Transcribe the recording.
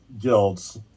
guilds